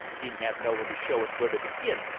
didn't have no one to show us where to begin,